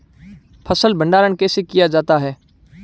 फ़सल भंडारण कैसे किया जाता है?